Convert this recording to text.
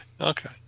Okay